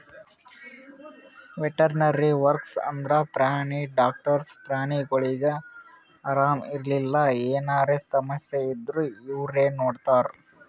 veterinary workers ಅಂದ್ರ ಪ್ರಾಣಿ doctors ಪ್ರಾಣಿಗೊಳಿಗ್ ಆರಾಮ್ ಇರ್ಲಿಲ್ಲ ಎನರೆ ಸಮಸ್ಯ ಇದ್ದೂರ್ ಇವ್ರೇ ನೋಡ್ತಾರ್